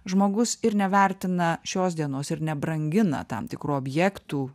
žmogus ir nevertina šios dienos ir nebrangina tam tikrų objektų